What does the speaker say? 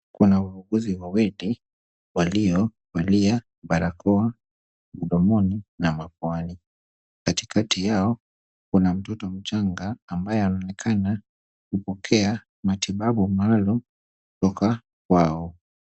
Kuna wauguzi wawili waliovalia barakoa mdomoni na mapuani. Katikati yao kuna mtoto mchanga ambaye anaonekana kupokea matibabu maalum kutoka kwao.